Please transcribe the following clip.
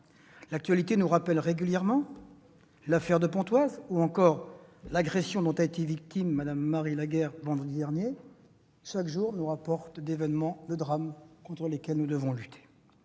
L'actualité nous le rappelle régulièrement. Il y a eu l'affaire de Pontoise, ou encore l'agression dont a été victime Mme Marie Laguerre vendredi dernier : chaque jour charrie son lot de drames contre lesquels nous devons lutter.